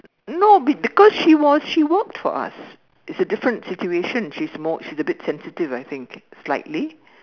no because she was she worked for us it's a different situation she's more she's a bit sensitive I think slightly